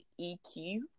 EQ